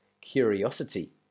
Curiosity